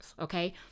okay